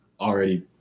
already